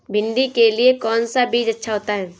भिंडी के लिए कौन सा बीज अच्छा होता है?